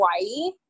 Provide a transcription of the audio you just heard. Hawaii